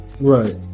Right